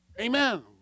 Amen